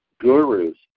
gurus